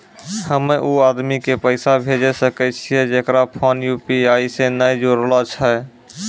हम्मय उ आदमी के पैसा भेजै सकय छियै जेकरो फोन यु.पी.आई से नैय जूरलो छै?